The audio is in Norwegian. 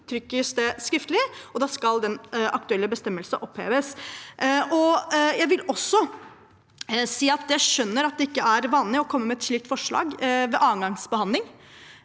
uttrykkes det skriftlig, og da skal den aktuelle bestemmelsen oppheves. Jeg vil også si at jeg skjønner at det ikke er vanlig å komme med et slikt forslag ved andre gangs behandling,